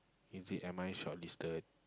is it am I shortlisted